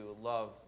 love